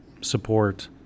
support